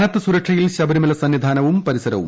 കനത്ത സുരക്ഷയിൽ ശബരിമല സന്നിധാനവും പരിസരവും